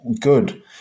good